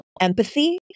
empathy